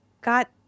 got